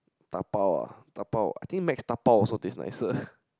dabao ah dabao I think Macs dabao also taste nicer